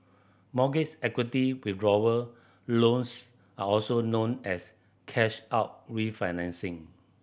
mortgage equity withdrawal loans are also known as cash out refinancing